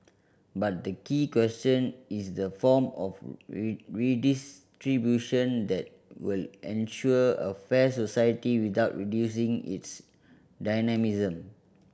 but the key question is the form of redistribution that will ensure a fair society without reducing its dynamism